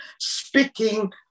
speaking